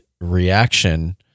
reaction